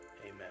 amen